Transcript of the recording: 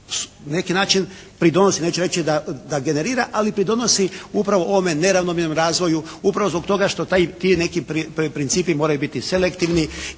neki način pridonosi, neću reći da generira, ali pridonosi upravo ovome neravnomjernom razvoju upravo zbog toga što ti neki principi moraju biti selektivni